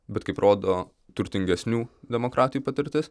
bet kaip rodo turtingesnių demokratijų patirtis